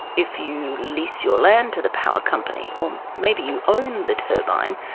if you lease your land to the power company or maybe you own the turbine,